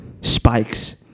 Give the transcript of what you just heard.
spikes